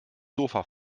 sofa